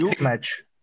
match